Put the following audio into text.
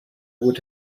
would